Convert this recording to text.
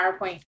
PowerPoint